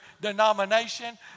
denomination